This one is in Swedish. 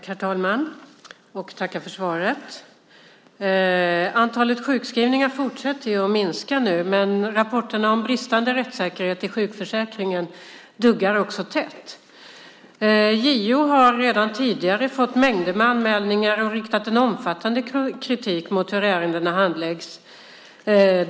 Herr talman! Jag tackar för svaret. Antalet sjukskrivningar fortsätter att minska. Men rapporterna om bristande rättssäkerhet i sjukförsäkringen duggar också tätt. JO har redan tidigare fått mängder av anmälningar och riktat en omfattande kritik mot hur ärendena handläggs.